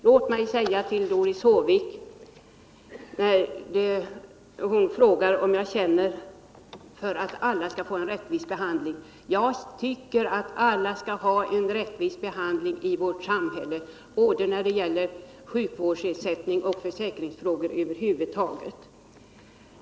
Låt mig säga till Doris Håvik när hon frågar om jag känner för att alla skall få en rättvis behandling: Jag tycker att alla skall ha en rättvis behandling i vårt samhälle både när det gäller sjukvårdsersättning och andra försäkringsfrågor.